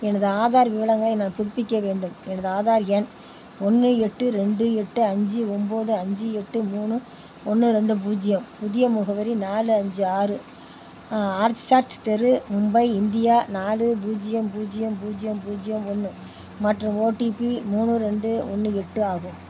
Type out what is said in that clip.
எனது ஆதார் விவரங்களை நான் புதுப்பிக்க வேண்டும் எனது ஆதார் எண் ஒன்று எட்டு ரெண்டு எட்டு அஞ்சு ஒம்போது அஞ்சு எட்டு மூணு ஒன்று ரெண்டு பூஜ்ஜியம் புதிய முகவரி நாலு அஞ்சு ஆறு ஆர்ச்சார்ச் தெரு மும்பை இந்தியா நாலு பூஜ்ஜியம் பூஜ்ஜியம் பூஜ்ஜியம் பூஜ்ஜியம் ஒன்று மற்றும் ஓடிபி மூணு ரெண்டு ஒன்று எட்டு ஆகும்